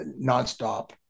nonstop